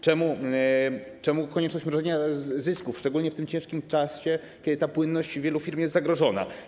Czemu wprowadzacie konieczność mrożenia zysków, szczególnie w tym ciężkim czasie, kiedy płynność wielu firm jest zagrożona?